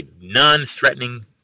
non-threatening